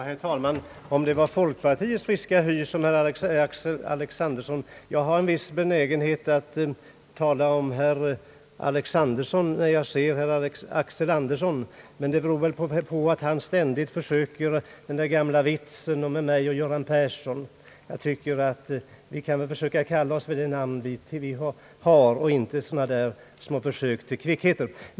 Herr talman! Kanske det var foilkpartiets friska hy herr Alexanderson, nej Axel Andersson — jag har en viss benägenhet att tala om herr Alexanderson när jag ser herr Axel Andersson; men det beror väl på att herr Andersson ständigt försöker den där gamla vitsen om mig och Göran Persson. Jag tycker att vi skall försöka kalla en ledamot vid hans rätta namn och inte göra sådana små försök till kvickheter.